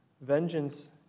vengeance